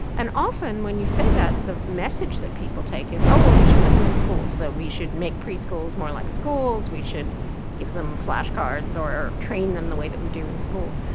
and often when you say that, the message that people take is, oh, we should put them in school, so we should make preschools more like schools, we should give them flashcards or train them the way that we do in school.